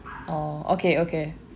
orh okay okay